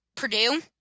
Purdue